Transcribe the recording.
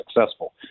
successful